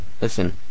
Listen